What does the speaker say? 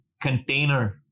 container